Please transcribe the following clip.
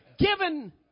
Given